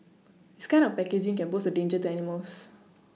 this kind of packaging can pose a danger to animals